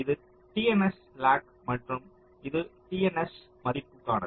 இது TNS slack மற்றும் இது TNS மதிப்புக்கானது